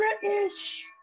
British